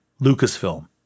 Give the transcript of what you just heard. Lucasfilm